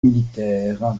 militaires